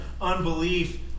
unbelief